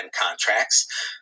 contracts